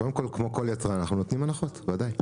קודם כל, כמו כל יצרן, אנחנו נותנים הנחות, ודאי.